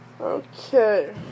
Okay